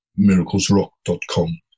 miraclesrock.com